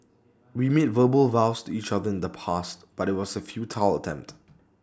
we made verbal vows to each other in the past but IT was A futile attempt